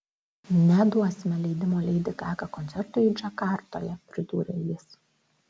neduosime leidimo leidi gaga koncertui džakartoje pridūrė jis